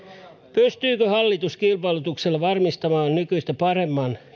pystyykö hallitus kilpailutuksella varmistamaan nykyistä paremman